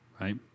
right